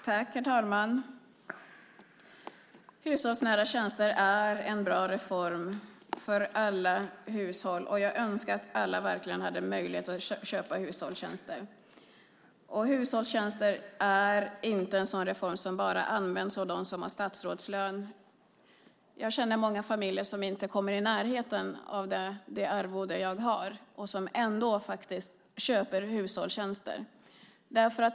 Herr talman! Hushållsnära tjänster är en bra reform för alla hushåll, och jag önskar verkligen att alla hade möjlighet att köpa sådana. Hushållstjänster är inte en reform som bara används av dem som har statsrådslön. Jag känner många familjer som inte kommer i närheten av det arvode som jag har och som ändå köper hushållstjänster.